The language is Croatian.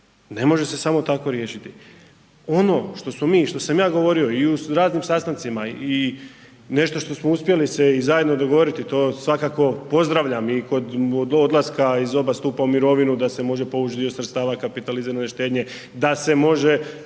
ne može se samo tako riješiti. Ono što smo mi i što sam ja govorio i u raznim sastancima i nešto što smo uspjeli se i zajedno dogovoriti, to svakako pozdravljam i kod odlaska iz oba stupa u mirovinu da se može povuć dio sredstava kapitalizirane štednje, da se može